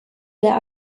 der